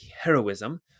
heroism